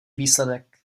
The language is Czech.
výsledek